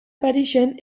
parisen